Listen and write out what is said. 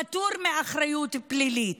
פטור מאחריות פלילית.